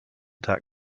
tag